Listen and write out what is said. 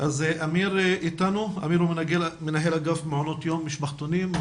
נמצא אתנו אמיר מנהל אגף מעונות יום ומשפחתונים?